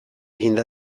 eginda